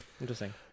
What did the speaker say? Interesting